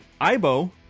Ibo